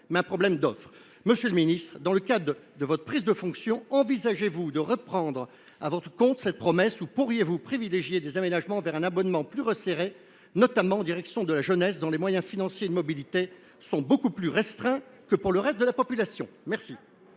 mais bien l’offre. Monsieur le ministre, dans le cadre de votre prise de fonctions, envisagez vous de reprendre à votre compte cette promesse ou pourriez vous privilégier des aménagements en faveur d’un abonnement plus resserré, notamment en direction de la jeunesse, dont les moyens financiers et de mobilité sont beaucoup plus restreints que ceux du reste de la population ?